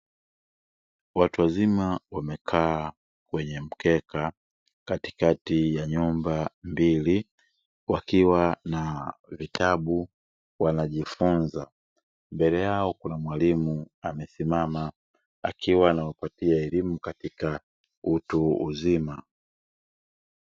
Watu wazima wamekaa kwenye mkeka katikati ya nyumba mbili, wakiwa na vitabu wanajifunza. Mbele yao kuna mwalimu amesimama akiwa anawapatia elimu katika utu uzima.